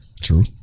True